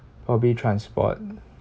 public transport